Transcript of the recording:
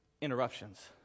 interruptions